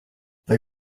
they